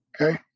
Okay